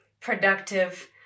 productive